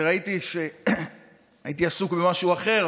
הייתי עסוק במשהו אחר,